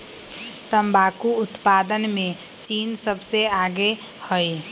तंबाकू उत्पादन में चीन सबसे आगे हई